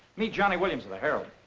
meet johnny williams of the herald.